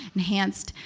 enhanced,